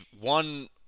one